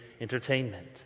entertainment